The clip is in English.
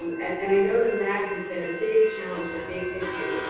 um and and i know the magazine has been a big challenge and a big issue.